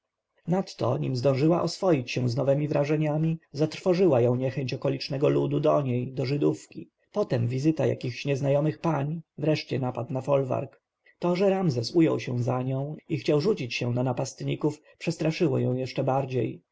nim zdążyła oswoić się z nowemi wrażeniami zatrwożyła ją niechęć okolicznego ludu do niej do żydówki potem wizyta jakichś nieznajomych pań wreszcie napad na folwark to że ramzes ujął się za nią i chciał rzucić się na napastników przestraszyło ją jeszcze bardziej